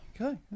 Okay